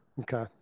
Okay